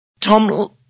Tom